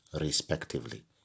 respectively